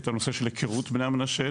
על הנושא של היכרות בני המנשה,